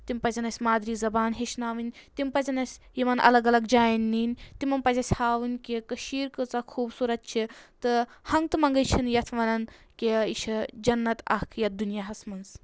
تِم پَزن اَسہِ مادری زبان ہیٚچھناوٕنۍ تِم پزن اَسہِ یِوان الگ الگ جایَن نِنۍ تِمن پَزِ اَسہِ ہاوٕنۍ کہِ کٔشیٖر کۭژاہ خوٗبصوٗرت چھِ تہٕ ہنٛگتہٕ مَنگٕے چھِنہٕ یَتھ وَنَان کہِ یہِ چھِ جَنٛت اَکھ یَتھ دُنیَاہَس منٛز